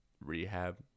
rehab